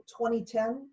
2010